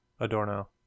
adorno